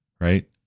right